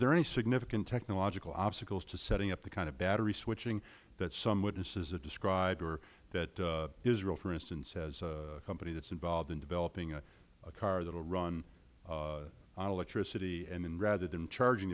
there any significant technological obstacles to setting up the kind of battery switching that some witnesses have described that israel for instance has a company that is involved in developing a car that will run on electricity and rather than charging